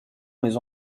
mes